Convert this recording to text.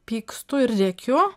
pykstu ir rėkiu